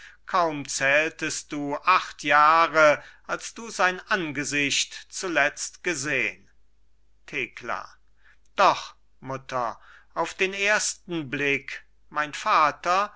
kaum zähltest du acht jahre als du sein angesicht zuletzt gesehn thekla doch mutter auf den ersten blick mein vater